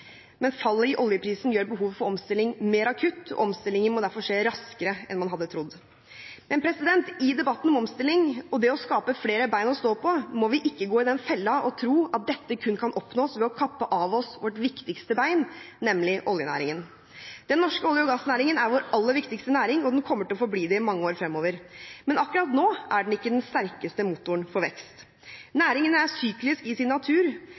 men fallet i oljeprisen gjør behovet for omstilling mer akutt, og omstillingen må derfor skje raskere enn man hadde trodd. I debatten om omstilling og det å skape flere ben å stå på må vi ikke gå i den fella å tro at dette kun kan oppnås ved å kappe av oss vårt viktigste ben, nemlig oljenæringen. Den norske olje- og gassnæringen er vår aller viktigste næring, og den kommer til å forbli det i mange år fremover. Men akkurat nå er den ikke den sterkeste motoren for vekst. Næringen er syklisk i sin natur,